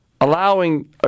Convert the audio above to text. allowing